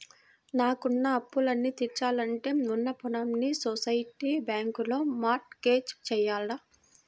నాకున్న అప్పులన్నీ తీరాలంటే ఉన్న పొలాల్ని సొసైటీ బ్యాంకులో మార్ట్ గేజ్ జెయ్యాల